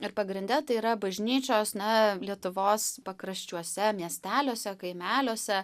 ir pagrinde tai yra bažnyčios na lietuvos pakraščiuose miesteliuose kaimeliuose